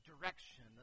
direction